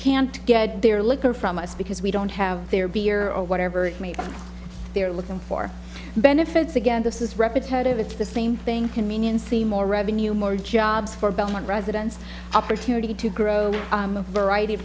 can't get their liquor from us because we don't have their beer or whatever it may be they're looking for benefits again this is representative it's the same thing convenience the more revenue more jobs for belmont residents opportunity to grow a variety